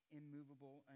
immovable